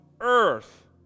earth